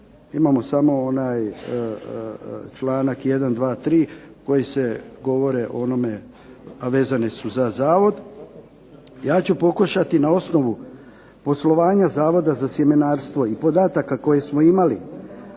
imamo samo onaj članak 1., 2., 3. koji govore o onome, a vezani su za zavod, ja ću pokušati na osnovu poslovanja Zavoda za sjemenarstvo i podataka koje smo imali